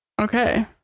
Okay